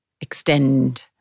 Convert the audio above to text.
extend